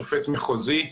שופט מחוזי,